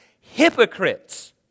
hypocrites